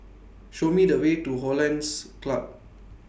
Show Me The Way to Hollandse Club